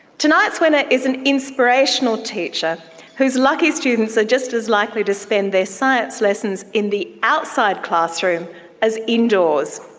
tonight's winner is an inspirational teacher whose lucky students are just as likely to spend their science lessons in the outside classroom as indoors.